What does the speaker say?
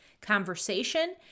Conversation